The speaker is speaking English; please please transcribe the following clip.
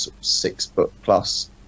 six-foot-plus